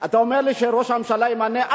אתה אומר לי שראש הממשלה ימנה.